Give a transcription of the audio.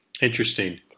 Interesting